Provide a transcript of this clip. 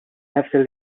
after